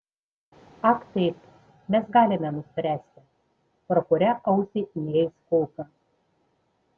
ak taip mes galime nuspręsti pro kurią ausį įeis kulka